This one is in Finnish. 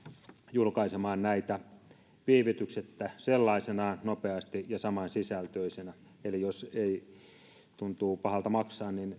julkaisemaan näitä viivytyksettä sellaisenaan nopeasti ja samansisältöisenä eli jos tuntuu pahalta maksaa niin